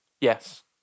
Yes